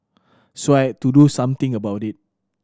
so I had to do something about it